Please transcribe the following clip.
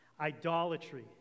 idolatry